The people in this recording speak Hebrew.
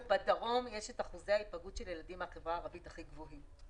בדרום יש את אחוזי ההיפגעות של הילדים מהחברה הערבית הגבוהים ביותר.